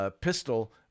pistol